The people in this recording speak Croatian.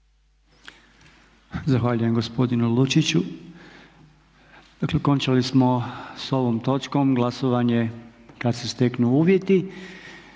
Zahvaljujem gospodinu Lučiću. Dakle okončali smo sa ovom točkom. Glasovanje je kada se steknu uvjeti.